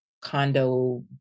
condo